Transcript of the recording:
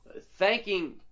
thanking